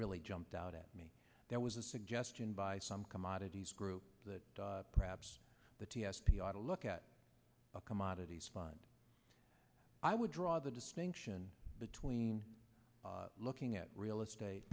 really jumped out at me there was a suggestion by some commodities group that perhaps the t s p ought to look at a commodities fund i would draw the distinction between looking at real estate